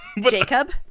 Jacob